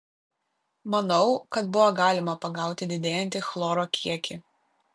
manau kad buvo galima pagauti didėjantį chloro kiekį